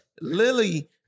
Lily